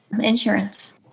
insurance